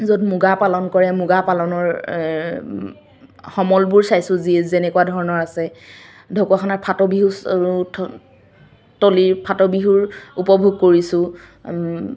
য'ত মুগা পালন কৰে মুগা পালনৰ সমলবোৰ চাইছোঁ যি যেনেকুৱা ধৰণৰ আছে ঢকুৱাখানাৰ ফাট বিহু তলিৰ ফাট বিহুৰ উপভোগ কৰিছোঁ